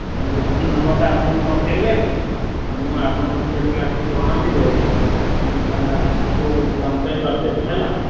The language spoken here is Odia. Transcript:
ମୁଁ ବୁକିଙ୍ଗ ନମ୍ବରଟା ଆପଣଙ୍କୁ ପଠେଇବେ ମୁଁ ଆପଣଙ୍କୁ ସେ ଯେତେବେଳେ ଆସିକି ପହଞ୍ଚିବେ ମୁଁ ତା ଫୋନକୁ ଫୋନପେ କରିଦେବି ହେଲା